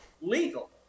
legal